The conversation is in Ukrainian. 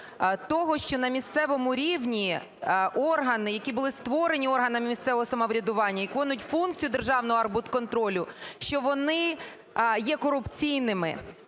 того, що на місцевому рівні органи, які були створені органами місцевого самоврядування, виконують функцію державного архбудконтролю, що вони є корупційними.